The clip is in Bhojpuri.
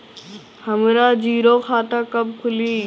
हमरा जीरो खाता कब खुली?